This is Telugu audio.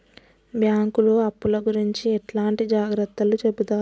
బ్యాంకులు అప్పుల గురించి ఎట్లాంటి జాగ్రత్తలు చెబుతరు?